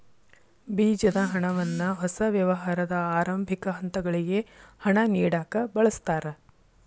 ಬೇಜದ ಹಣವನ್ನ ಹೊಸ ವ್ಯವಹಾರದ ಆರಂಭಿಕ ಹಂತಗಳಿಗೆ ಹಣ ನೇಡಕ ಬಳಸ್ತಾರ